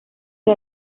que